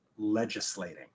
Legislating